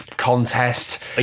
Contest